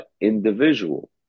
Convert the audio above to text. individual